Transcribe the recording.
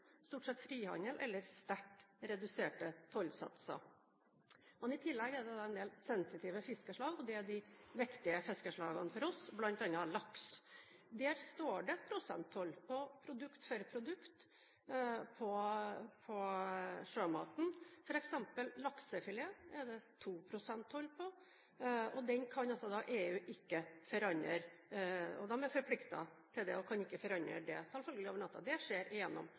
en del sensitive fiskeslag, og det er de viktige fiskeslagene for oss, bl.a. laks. Der står det prosenttoll på produkt for produkt på sjømaten – f.eks. laksefilet er det 2 pst. toll på – og den kan altså ikke EU forandre. De er forpliktet til det og kan selvfølgelig ikke forandre det over natten, det skjer